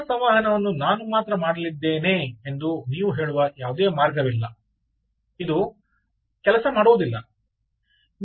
ಎಲ್ಲಾ ಸಂವಹನವನ್ನು ನಾನು ಮಾತ್ರ ಮಾಡಲಿದ್ದೇನೆ ಎಂದು ನೀವು ಹೇಳುವ ಯಾವುದೇ ಮಾರ್ಗವಿಲ್ಲ ಇದು ಮತ್ತು ಇದು ಕೆಲಸ ಮಾಡುವುದಿಲ್ಲ